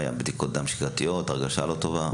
האם לפי בדיקות דם, לפי הרגשה לא טובה?